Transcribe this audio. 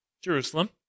Jerusalem